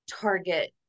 target